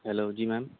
hello جی میم